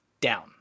down